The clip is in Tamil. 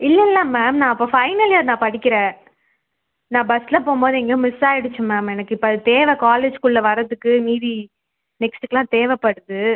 இல்லைல்ல மேம் நான் அப்போ ஃபைனல் இயர் நான் படிக்கிறேன் நான் பஸில் போகும்போது எங்கேயோ மிஸ் ஆகிடுச்சு மேம் எனக்கு இப்போ அது தேவை காலேஜுக்குள்ள வர்றதுக்கு மீதி நெக்ஸ்ட்டுக்குலாம் தேவைப்படுது